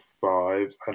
five